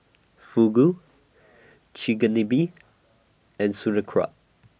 Fugu Chigenabe and through kraut